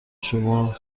شما